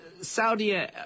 Saudi